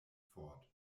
fort